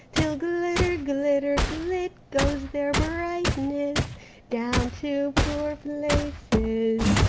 till glitter, glitter, glit, goes their brightness down to poor places.